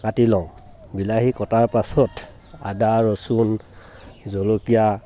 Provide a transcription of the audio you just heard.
কাটি লওঁ বিলাহী কটাৰ পাচহত আদা ৰচুন জলকীয়া